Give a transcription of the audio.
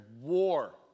war